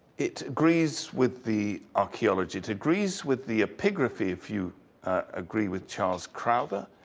it agrees with the archaeology. it agrees with the epigraphy, if you agree with charles crowther.